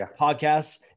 podcasts